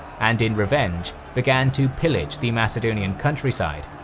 and in revenge began to pillage the macedonian countryside.